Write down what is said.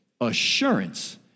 Assurance